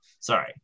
Sorry